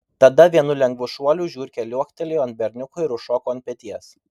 tada vienu lengvu šuoliu žiurkė liuoktelėjo ant berniuko ir užšoko ant peties